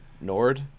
Nord